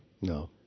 No